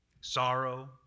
Sorrow